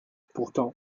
pourtant